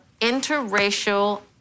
interracial